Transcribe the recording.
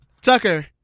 tucker